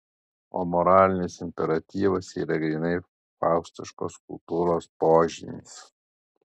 o moralinis imperatyvas yra grynai faustiškos kultūros požymis